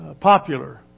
popular